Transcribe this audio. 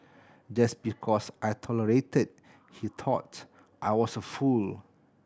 just because I tolerated he thought I was a fool